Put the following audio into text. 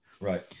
Right